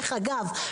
אגב,